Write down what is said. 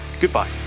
Goodbye